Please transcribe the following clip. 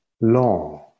long